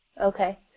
Okay